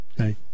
Okay